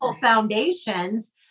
foundations